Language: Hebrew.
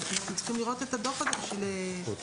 אז אנחנו צריכים לראות את הדוח בשביל החקיקה.